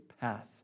path